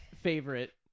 favorite